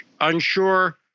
unsure